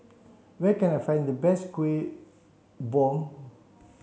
where can I find the best Kueh Bom